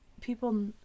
people